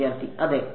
വിദ്യാർത്ഥി അതെ